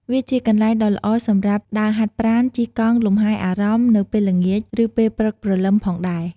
វាជាកន្លែងដ៏ល្អសម្រាប់ ដើរហាត់ប្រាណ ជិះកង់ លំហែអារម្មណ៍ នៅពេលល្ងាច ឬពេលព្រឹកព្រលឹមផងដែរ។